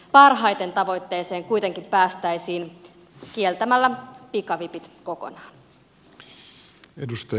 parhaiten tavoitteeseen kuitenkin päästäisiin kieltämällä pikavipit kokonaan